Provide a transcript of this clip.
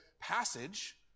passage